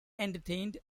entertained